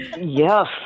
Yes